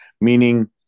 meaning